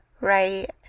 right